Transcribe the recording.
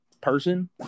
person